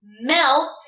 melt